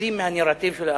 ומפחדים מהנרטיב של האחר.